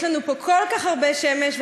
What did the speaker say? יש לנו פה כל כך הרבה שמש,